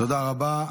תודה רבה.